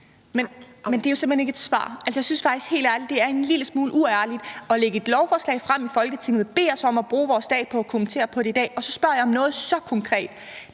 Men det er jo simpelt hen ikke et svar. Altså, jeg synes faktisk helt ærligt, det er en lille smule uærligt at lægge et lovforslag frem i Folketinget, bede os om at bruge vores dag på at kommentere det i dag, og når jeg så spørger om noget så konkret,